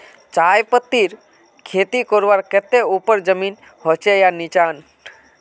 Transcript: चाय पत्तीर खेती करवार केते ऊपर जमीन होचे या निचान?